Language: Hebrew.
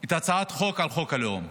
את הצעת החוק על חוק הלאום.